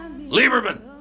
Lieberman